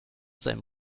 seinem